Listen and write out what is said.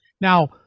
Now